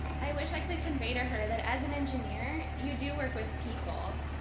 i wish i could convey to her that as an engineer, you do work with people,